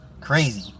Crazy